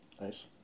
Nice